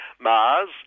Mars